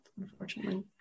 unfortunately